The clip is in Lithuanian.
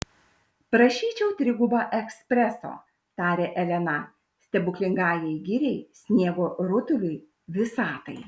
prašyčiau trigubą ekspreso tarė elena stebuklingajai giriai sniego rutuliui visatai